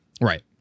Right